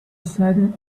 deciding